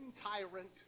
tyrant